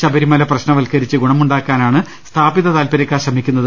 ശബരിമല പ്രശ്നവത്കരിച്ച് ഗുണമുണ്ടാക്കാനാണ് സ്ഥാപിതതാത്പര്യക്കാർ ശ്രമിക്കുന്നത്